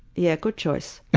yeah, good choice.